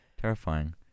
terrifying